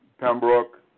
Pembroke